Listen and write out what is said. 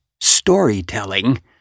storytelling